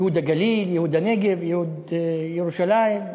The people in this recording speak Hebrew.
ייהוד הגליל, ייהוד הנגב, ייהוד ירושלים.